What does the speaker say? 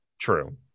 True